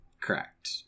correct